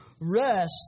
Rest